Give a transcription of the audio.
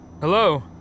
hello